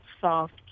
soft